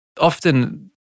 Often